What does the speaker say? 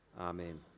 Amen